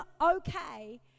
okay